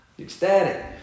ecstatic